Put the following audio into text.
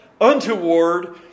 untoward